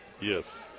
Yes